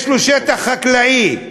יש לו שטח חקלאי.